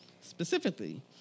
Specifically